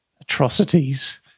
atrocities